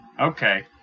Okay